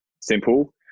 simple